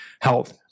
health